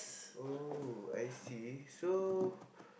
oh I see so